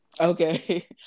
okay